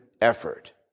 effort